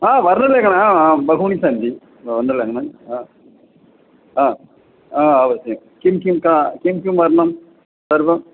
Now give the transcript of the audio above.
वर्णलेखनम् आं आं बहूनि सन्ति अवश्यं किं किं का किं किं वर्णं सर्वं